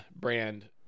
brand